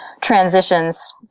transitions